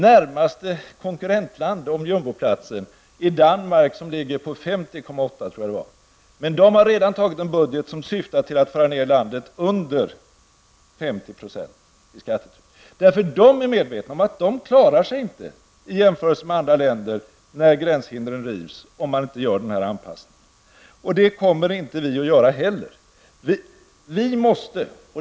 Närmaste konkurrentland när det gäller jumboplatsen är Danmark, som ligger på 50,8 %. Men danskarna har redan antagit en budget som syftar till att föra ned skattetrycket under 50 %. De är medvetna om att de inte klarar sig i jämförelse med andra länder när gränshindren rivs, om man inte gör den här anpassningen. Det kommer inte vi att göra heller.